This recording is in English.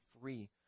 free